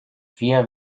vier